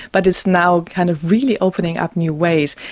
but it's now kind of really opening up new ways.